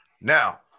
now